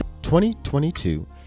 2022